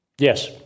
Yes